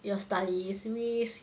your studies risk